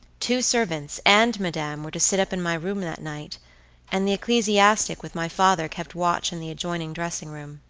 two servants, and madame were to sit up in my room that night and the ecclesiastic with my father kept watch in the adjoining dressing room.